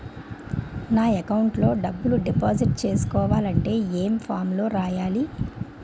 నా అకౌంట్ లో డబ్బులు డిపాజిట్ చేసుకోవాలంటే ఏ ఫామ్ లో రాయాలి?